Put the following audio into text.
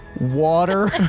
water